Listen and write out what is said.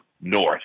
north